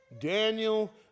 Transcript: Daniel